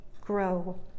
grow